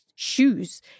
shoes